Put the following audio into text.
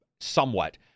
somewhat